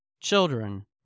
children